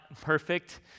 perfect